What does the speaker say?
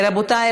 רבותי,